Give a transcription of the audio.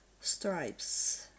stripes